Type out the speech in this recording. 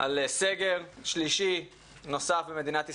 על סגר שלישי נוסף במדינת ישראל,